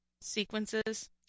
sequences